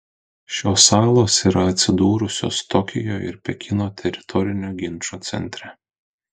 šios salos yra atsidūrusios tokijo ir pekino teritorinio ginčo centre